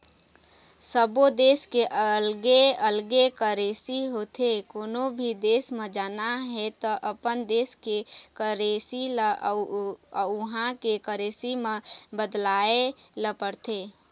सब्बो देस के अलगे अलगे करेंसी होथे, कोनो भी देस म जाना हे त अपन देस के करेंसी ल उहां के करेंसी म बदलवाए ल परथे